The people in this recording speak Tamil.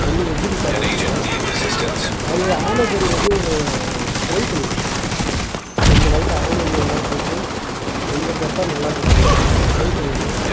ஒன்று வெஜ்ஜு பீட்ஸா போட்டுருங்க அதில் ஆமைக்கறி வந்து ஃப்ரை பண்ணிடுங்க கொஞ்சம் லைட்டாக ஆனியன்னு எதுனா போட்டு கொஞ்சம் பெப்பர் நல்லா போட்டுருங்க ஃப்ரை பண்ணிடுங்க